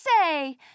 say